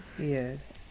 Yes